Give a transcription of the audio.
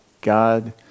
God